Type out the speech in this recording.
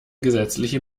gesetzliche